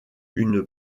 une